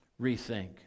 Rethink